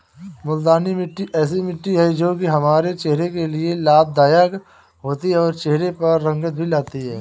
मूलतानी मिट्टी ऐसी मिट्टी है जो की हमारे चेहरे के लिए लाभदायक होती है और चहरे पर रंगत भी लाती है